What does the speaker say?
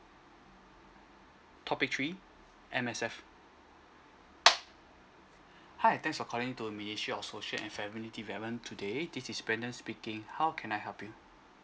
topic three M_S_F hi thanks for calling to a ministry of social and family development today this is brandon speaking how can I help you